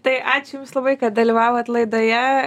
tai ačiū jums labai kad dalyvavot laidoje